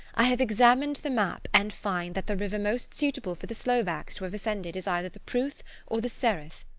i have examined the map and find that the river most suitable for the slovaks to have ascended is either the pruth or the sereth.